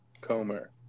Comer